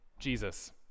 Jesus